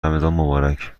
مبارک